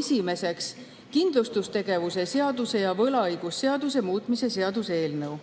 Esimeseks, kindlustustegevuse seaduse ja võlaõigusseaduse muutmise seaduse eelnõu.